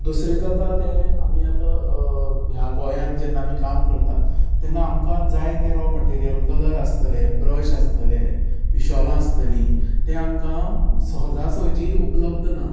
दुसरे जाता तें आमी आतां ह्या गोंयांत जेन्ना आमी काम करतात तेन्ना आमकां जाय ते रो मटेरियल कलर आसताले ब्रश आसतले पिशॉलां आसतलीं ते आमकां सहजा सहजी उपलब्द ना